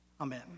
Amen